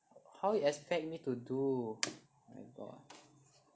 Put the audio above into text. how you expect me to do my god